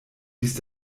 ließ